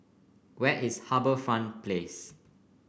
where is HarbourFront Place